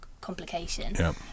complication